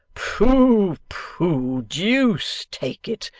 pooh, pooh! deuce take it,